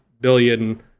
billion